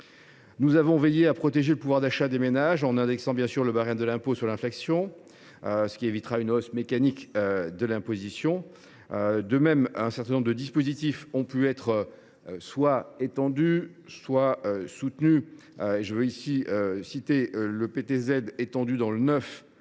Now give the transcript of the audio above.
Nous avons veillé à protéger le pouvoir d’achat des ménages, en indexant bien sûr le barème de l’impôt sur l’inflation, ce qui évitera une hausse mécanique de l’imposition des contribuables. De même, un certain nombre de dispositifs ont pu être soit étendus, soit soutenus. Je pense notamment à l’extension du